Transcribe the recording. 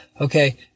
okay